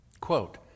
quote